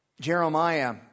Jeremiah